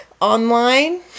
online